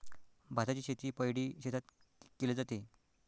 भाताची शेती पैडी शेतात केले जाते